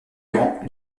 rend